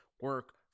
Work